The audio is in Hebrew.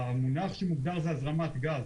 המונח שמוגדר הוא "הזרמת גז".